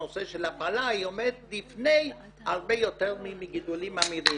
הנושא של הפלה עומד לפני גידולים ממאירים,